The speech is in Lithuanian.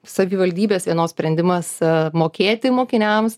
savivaldybės vienos sprendimas mokėti mokiniams